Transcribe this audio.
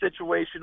situational